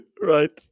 Right